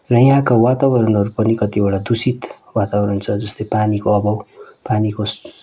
र यहाँका वातावरणहरू पनि कतिवटा दूषित वातावरण छ जस्तै पानीको अभाव पानीको सु